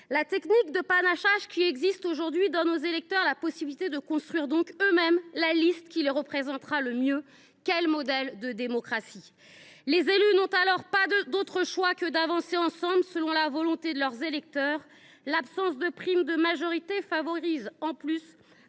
La technique de panachage qui existe aujourd’hui donne aux électeurs la possibilité de construire eux mêmes la liste qui les représentera le mieux. Quel modèle de démocratie ! Les élus n’ont alors d’autre choix que d’avancer ensemble, selon la volonté de leurs électeurs. L’absence de prime majoritaire favorise en plus